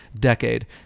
decade